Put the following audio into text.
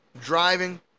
driving